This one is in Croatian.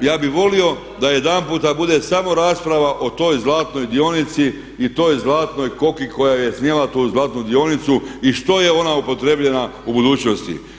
ja bih volio da jedan puta bude samo rasprava o toj zlatnoj dionici i toj zlatnoj koki koja je snijela tu zlatnu dionicu i što je ona upotrijebljena u budućnosti.